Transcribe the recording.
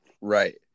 Right